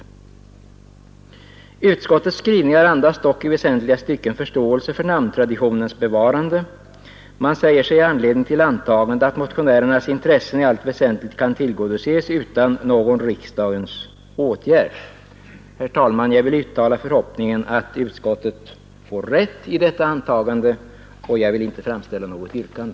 Utskottets skrivning andas dock i väsentliga stycken förståelse för namntraditionens bevarande. Man säger sig ha anledning till antagandet att motionärernas intressen i allt väsentligt kan tillgodoses utan någon riksdagens åtgärd. Herr talman! Jag vill uttala förhoppningen att utskottet får rätt i detta uttalande, och jag skall inte framställa något yrkande.